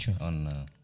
on